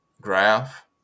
graph